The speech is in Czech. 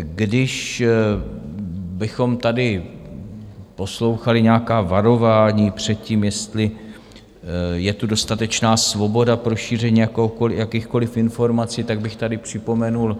Kdybychom tady poslouchali nějaká varování před tím, jestli je tu dostatečná svoboda pro šíření jakýchkoliv informací, tak bych tady připomenul